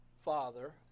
Father